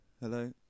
Hello